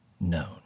known